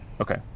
Okay